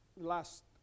last